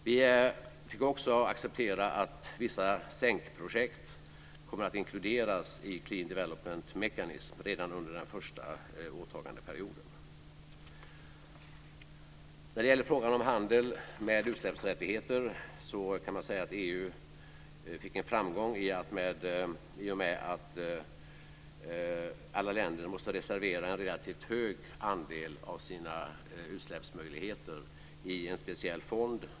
Vi fick också acceptera att vissa sänkprojekt kommer att inkluderas i Clean development mechanism redan under den här första åtagandeperioden. När det gäller frågan om handel med utsläppsrättigheter kan man säga att EU fick en framgång i och med att alla länder måste reservera en relativt hög andel av sina utsläppsmöjligheter i en speciell fond.